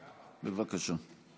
בבקשה.